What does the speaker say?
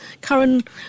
current